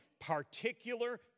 particular